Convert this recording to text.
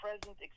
present